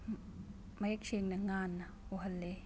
ꯃꯌꯦꯛ ꯁꯦꯡꯅ ꯉꯥꯟꯅ ꯎꯍꯜꯂꯦ